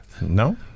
No